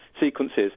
sequences